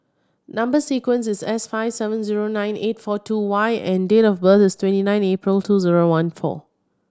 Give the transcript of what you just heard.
number sequence is S five seven zero nine eight four two Y and date of birth is twenty nine April two zero one four